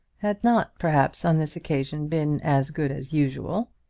had not perhaps on this occasion been as good as usual.